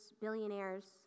billionaires